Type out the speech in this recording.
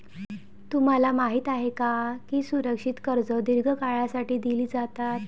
तुम्हाला माहित आहे का की सुरक्षित कर्जे दीर्घ काळासाठी दिली जातात?